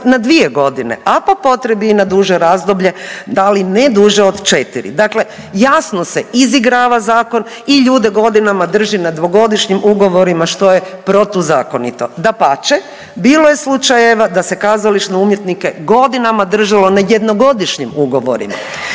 na 2 godine, a po potrebi i na duže razdoblje, da ali ne duže od 4. Dakle, jasno se izigrava zakon i ljude godinama drži na dvogodišnjim ugovorima što je protuzakonito. Dapače, bilo je slučajeva da se kazališne umjetnike godinama držalo na jednogodišnjim ugovorima